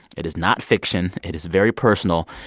it is not fiction. it is very personal.